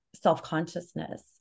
self-consciousness